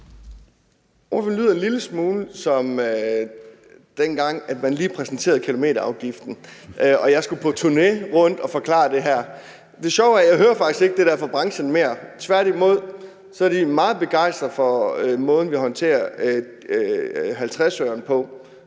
lyder en lille smule, som dengang man præsenterede kilometerafgiften og jeg skulle på turné rundt og forklare det her. Det sjove er, at jeg faktisk ikke hører det der fra branchen mere. Tværtimod er de meget begejstrede – altså begejstrede som